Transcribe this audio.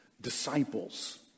disciples